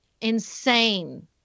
insane